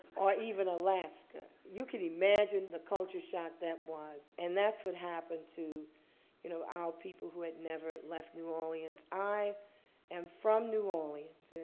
or even alaska. you can imagine the culture shock that was. and that's what happened to you know our people who had never left new orleans. i am from new orleans.